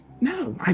no